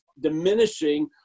diminishing